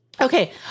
Okay